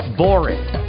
boring